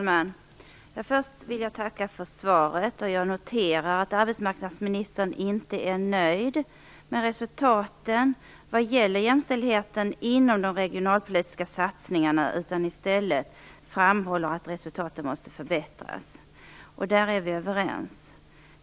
Fru talman! Först vill jag tacka för svaret. Jag noterar att arbetsmarknadsministern inte är nöjd med resultaten när det gäller jämställdheten inom de regionalpolitiska satsningarna. I stället framhåller han att resultaten måste förbättras. Därmed är vi överens.